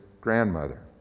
grandmother